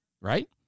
right